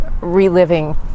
reliving